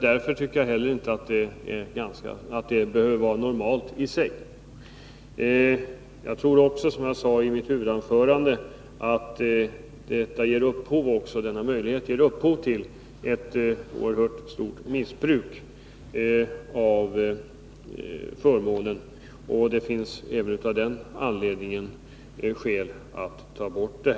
Därför tycker jag heller inte att det behöver vara normalt i sig. Jag tror också, som jag sade i mitt huvudanförande, att denna möjlighet ger upphov till ett oerhört stort missbruk av förmånen, och det finns även av den anledningen skäl att ta bort förmånen.